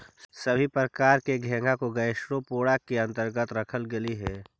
सभी प्रकार के घोंघा को गैस्ट्रोपोडा के अन्तर्गत रखल गेलई हे